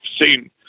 seen